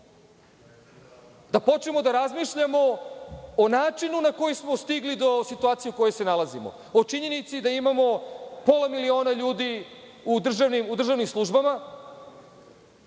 Da počnemo da razmišljamo o načinu koji smo stigli do situacije u kojoj se nalazimo, o činjenici da imamo pola miliona ljudi u državnim službama